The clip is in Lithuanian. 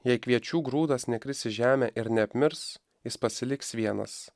jei kviečių grūdas nekris į žemę ir neapmirs jis pasiliks vienas